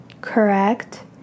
correct